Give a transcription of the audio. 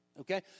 Okay